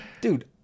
Dude